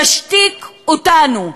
תשתיק אותנו,